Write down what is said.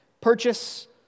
purchase